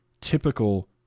typical